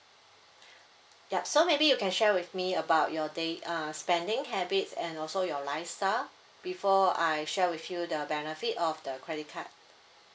yup so maybe you can share with me about your day uh spending habits and also your lifestyle before I share with you the benefit of the credit card